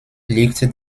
liegt